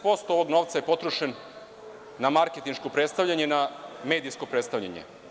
Osamdeset posto ovog novca je potrošeno na marketinško predstavljanje, na medijsko predstavljanje.